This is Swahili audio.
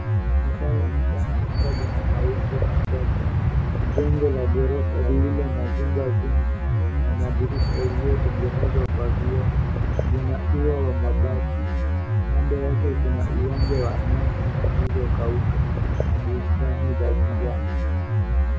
Masaa ya mchana, anga lina mawingu machache. Jengo la ghorofa lililo na vyumba vingi, na madirisha iliyotengenezwa kwa vioo. Lina ua wa mabati, kando yake kuna uwanja wa nyasi zilizokauka na bustani za kijani.